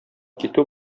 китү